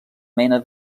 mena